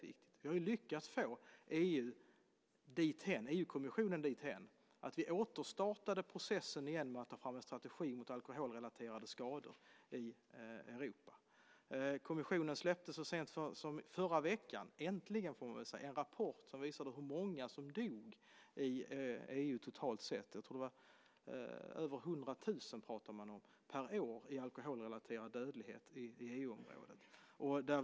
Vi har lyckats få EU-kommissionen dithän att vi återstartade processen igen med att ta fram en strategi mot alkoholrelaterade skador i Europa. Kommissionen släppte så sent som i förra veckan - äntligen - en rapport som visar hur många som dör i EU totalt sett i alkoholrelaterad dödsorsaker. Jag tror att det var över 100 000 per år.